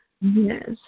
Yes